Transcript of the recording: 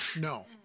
no